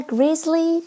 Grizzly